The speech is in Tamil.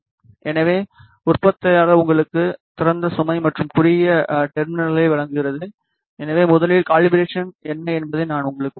எனவே உற்பத்தியாளர் உங்களுக்கு திறந்த சுமை மற்றும் குறுகிய டெர்மினல்களை வழங்குகிறது எனவே முதலில் காலிபராசன் என்ன என்பதை நான் உங்களுக்கு கூறுவேன்